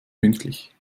pünktlich